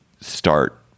start